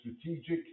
strategic